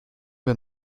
wir